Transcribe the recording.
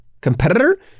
Competitor